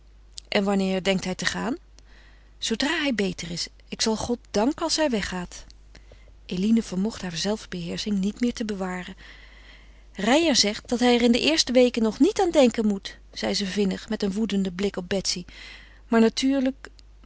en wanneer denkt hij te gaan zoodra hij beter is ik zal god danken als hij weggaat eline vermocht haar zelfbeheersching niet meer te bewaren reijer zegt dat hij er in de eerste weken nog niet aan denken moet zeide zij vinnig met een woedenden blik op betsy maar natuurlijk